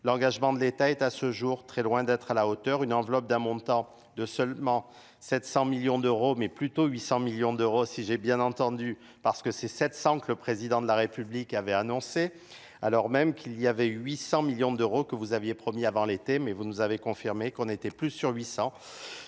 l'engagement de l'état est à ce jour très loin d'être à la hauteur une enveloppe d'un montant de seulement sept cents millions d'euros mais plutôt huit cents millions d'euros si j'ai bien entendu parce que c'est sept cents que le président de la république avait annoncé alors même qu'il y avait huit cents millions d'euros que vous aviez promis avant l'été mais vous nous avez confirmé qu'on était plus sur huit